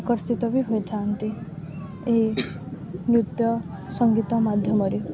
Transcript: ଆକର୍ଷିତ ବି ହୋଇଥାନ୍ତି ଏହି ନୃତ୍ୟ ସଙ୍ଗୀତ ମାଧ୍ୟମରେ